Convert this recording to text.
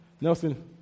Nelson